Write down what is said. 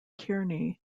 kearney